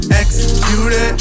execute